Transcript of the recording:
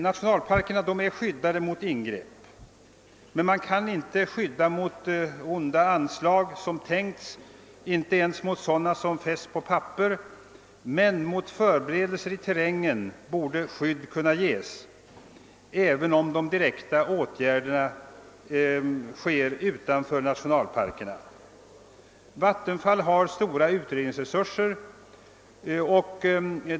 Nationalparkerna är skyddade mot ingrepp, men man kan inte skydda mot onda anslag som tänks, inte ens mot sådana som fästs på papper. Mot förberedelser i terrängen borde dock skydd kunna ges, även om de direkta åtgärderna sker utanför nationalparkerna. Vattenfall har stora utredningsresurser.